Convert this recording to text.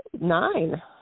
nine